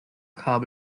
kabel